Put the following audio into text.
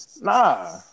nah